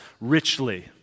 richly